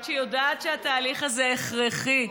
שהיא יודעת שהתהליך הזה הוא הכרחי.